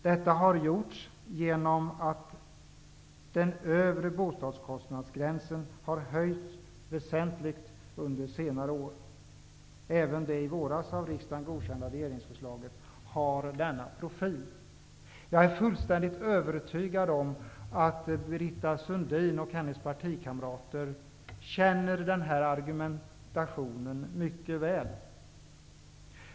Detta har gjorts genom att den övre bostadskostnadsgränsen under senare år har höjts väsentligt. Även det i våras av riksdagen godkända regeringsförslaget har denna profil. Jag är fullständigt övertygad om att Britta Sundin och hennes partikamrater känner den här argumentationen mycket väl.